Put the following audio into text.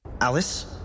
Alice